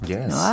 Yes